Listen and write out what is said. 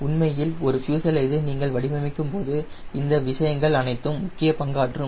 உண்மையில் ஒரு ஃப்யூசலேஜை நீங்கள் வடிவமைக்கும் போது அந்த விஷயங்கள் அனைத்தும் முக்கிய பங்காற்றும்